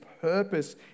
purpose